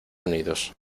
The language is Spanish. unidos